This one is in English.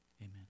Amen